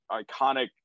iconic